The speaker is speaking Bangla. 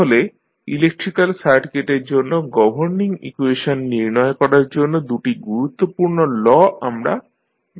তাহলে ইলেক্ট্রিক্যাল সার্কিটের জন্য গভর্নিং ইকুয়েশন নির্ণয় করার জন্য দু'টি গুরুত্বপূর্ণ ল আমরা ব্যবহার করেছি